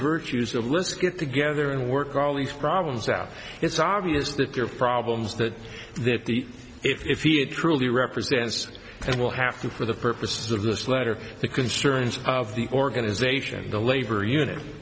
virtues the list get together and work all these problems out it's obvious that your problems that that the if he truly represents it will have to for the purposes of this letter the concerns of the organization the labor union